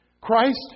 Christ